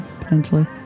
Potentially